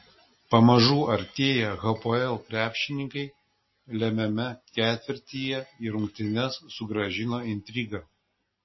pamažu artėję hapoel krepšininkai lemiame ketvirtyje į rungtynes sugrąžino intriga